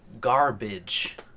Garbage